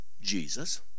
Jesus